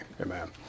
amen